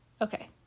Okay